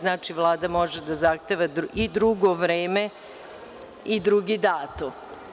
Znači Vlada može da zahteva i drugo vreme i drugi datum.